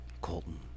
Colton